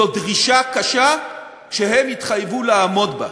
זו דרישה קשה שהם התחייבו לעמוד בה.